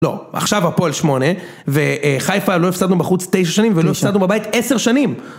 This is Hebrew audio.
לא, עכשיו הפועל שמונה וחיפה לא הפסדנו בחוץ תשע שנים ולא הפסדנו בבית עשר שנים